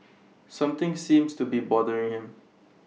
something seems to be bothering him